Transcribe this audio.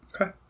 Okay